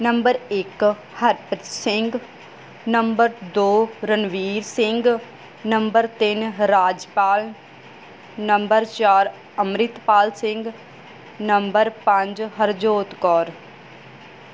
number ਇੱਕ Harpreet Singh number ਦੋ Ranveer Singh number ਤਿੰਨ ਰਾਜਪਾਲ ਨੰਬਰ ਚਾਰ ਅੰਮ੍ਰਿਤ ਪਾਲ ਸਿੰਘ ਨੰਬਰ ਪੰਜ ਹਰਜੋਤ ਕੌਰ